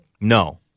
No